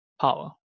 power